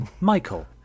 Michael